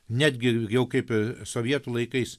netgi ilgiau kaip sovietų laikais